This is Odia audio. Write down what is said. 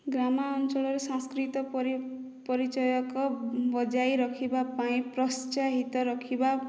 ଗ୍ରାମାଅଞ୍ଚଳରେ ସାଂସ୍କୃିତ ପରି ପରିଚୟକ ବଜାଇ ରଖିବା ପାଇଁ ପ୍ରୋତ୍ସାହିତ ରଖିବା